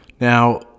Now